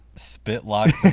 spit-locked